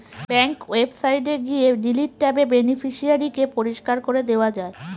bank ওয়েবসাইটে গিয়ে delete ট্যাবে বেনিফিশিয়ারি কে পরিষ্কার করে দেওয়া যায়